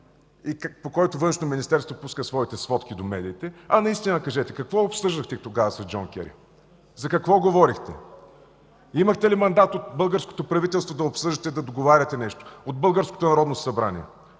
и по който Външното министерство пуска своите сводки до медиите, а наистина кажете: какво обсъждахте тогава с Джон Кери? За какво говорихте? Имахте ли мандат от българското правителство, от Българското народно събрание